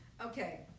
Okay